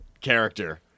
character